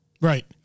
Right